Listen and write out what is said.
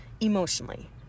emotionally